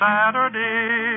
Saturday